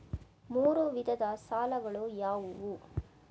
ಮೂರು ವಿಧದ ಸಾಲಗಳು ಯಾವುವು?